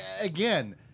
again